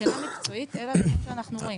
מבחינה מקצועית, אלה הדברים שאנחנו רואים.